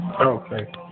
Okay